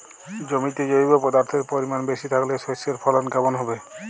জমিতে জৈব পদার্থের পরিমাণ বেশি থাকলে শস্যর ফলন কেমন হবে?